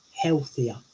healthier